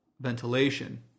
ventilation